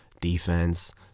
defense